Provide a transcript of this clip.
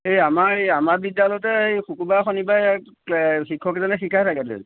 এই আমাৰ আমাৰ বিদ্যালয়তে এই শুকুৰবাৰ শনিবাৰে এ শিক্ষক এজনে শিকাই থাকে